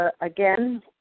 Again